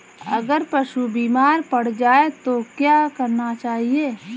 अगर पशु बीमार पड़ जाय तो क्या करना चाहिए?